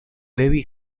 debbie